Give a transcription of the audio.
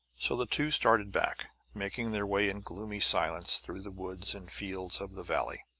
so the two started back, making their way in gloomy silence through the woods and fields of the valley.